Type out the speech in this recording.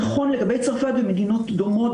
בסדר גמור.